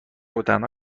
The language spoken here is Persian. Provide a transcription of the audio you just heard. وتنها